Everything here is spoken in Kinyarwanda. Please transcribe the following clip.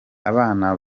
abana